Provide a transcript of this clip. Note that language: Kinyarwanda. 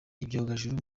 ibyogajuru